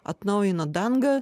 atnaujina dangą